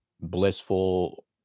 blissful